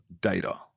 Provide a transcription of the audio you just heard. data